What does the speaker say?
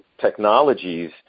technologies